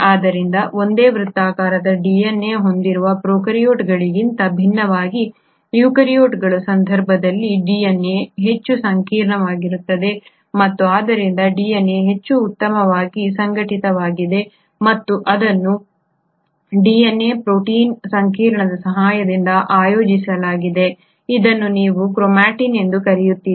ಆದ್ದರಿಂದ ಒಂದೇ ವೃತ್ತಾಕಾರದ DNA ಹೊಂದಿರುವ ಪ್ರೊಕಾರ್ಯೋಟ್ಗಳಿಗಿಂತ ಭಿನ್ನವಾಗಿ ಯುಕ್ಯಾರಿಯೋಟ್ಗಳ ಸಂದರ್ಭದಲ್ಲಿ DNA ಹೆಚ್ಚು ಸಂಕೀರ್ಣವಾಗಿದೆ ಮತ್ತು ಆದ್ದರಿಂದ DNA ಹೆಚ್ಚು ಉತ್ತಮವಾಗಿ ಸಂಘಟಿತವಾಗಿದೆ ಮತ್ತು ಇದನ್ನು ಪ್ರೊಟೀನ್ DNA ಸಂಕೀರ್ಣದ ಸಹಾಯದಿಂದ ಆಯೋಜಿಸಲಾಗಿದೆ ಇದನ್ನು ನೀವು ಕ್ರೊಮಾಟಿನ್ ಎಂದು ಕರೆಯುತ್ತೀರಿ